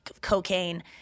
cocaine